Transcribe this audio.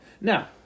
Now